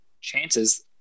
chances